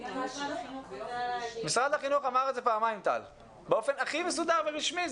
משרד החינוך אמר את זה פעמיים באופן הכי מסודר ורשמי.